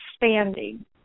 expanding